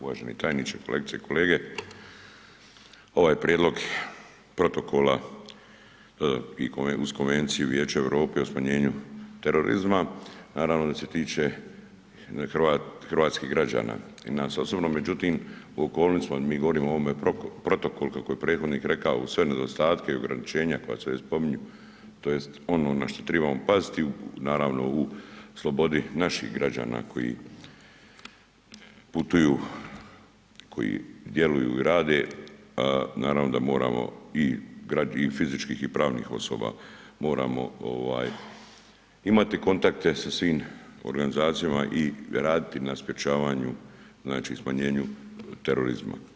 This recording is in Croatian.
Uvaženi tajniče, kolegice i kolege, ovaj prijedlog protokola uz Konvenciju Vijeća Europe o smanjenju terorizma, naravno da se tiče hrvatskih građana i nas osobno međutim, u okolnostima, mi govorimo o ovom protokolu kako je prethodnih rekao, uz sve nedostatke i ograničenja koje se ne spominju tj. ono na što trebamo paziti, naravno u slobodi naših građana koji putuju, koji djeluju i rade, naravno da moramo i fizičkih i pravnih osoba, moramo imati kontakte sa svim organizacijama i raditi na sprječavanju, znači smanjenju terorizma.